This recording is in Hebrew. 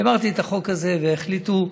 העברתי את החוק הזה, והחליטו,